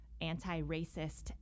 anti-racist